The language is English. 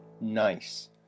Nice